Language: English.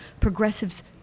progressives